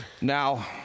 now